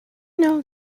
know